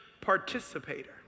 participator